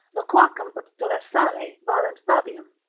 loquacem ut delassare valent fabium.